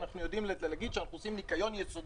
אנחנו יודעים להגיד שאנחנו עושים ניקיון יסודי.